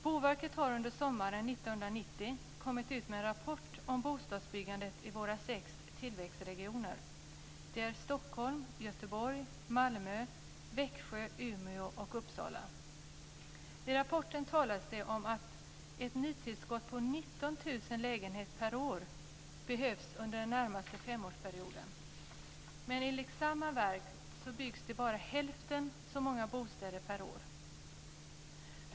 Boverket kom sommaren 1999 ut med en rapport om bostadsbyggandet i våra sex tillväxtregioner - Uppsala. I rapporten talas det om att ett nytillskott på 19 000 lägenheter per år behövs under den närmaste femårsperioden men enligt samma verk byggs det bara hälften så många bostäder per år.